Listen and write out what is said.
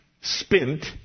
spent